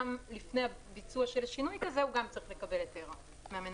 גם לפני ביצוע של שינוי כזה הוא גם צריך לקבל היתר מהמנהל.